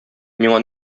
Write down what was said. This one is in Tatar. миңа